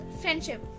friendship